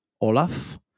Olaf